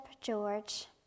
George